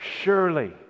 Surely